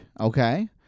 okay